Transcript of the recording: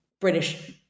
British